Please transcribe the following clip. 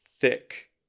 thick